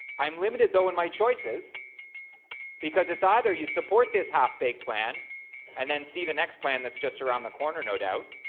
i'm limited though in my choices because it's either you support this half baked plan and then see next plan that's just around the corner no doubt,